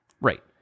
Right